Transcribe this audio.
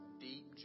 Deep